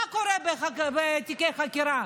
מה קורה בתיקי חקירה,